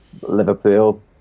Liverpool